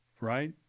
right